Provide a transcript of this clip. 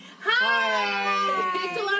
Hi